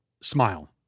Smile